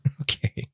Okay